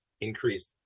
increased